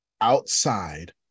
outside